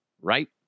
right